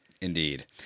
Indeed